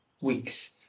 weeks